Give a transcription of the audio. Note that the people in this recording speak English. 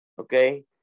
okay